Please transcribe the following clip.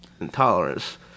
intolerance